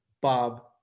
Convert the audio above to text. Bob